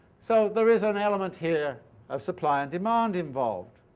so there is an element here of supply and demand involved.